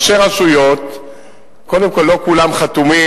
ראשי רשויות, קודם כול, לא כולם חתומים.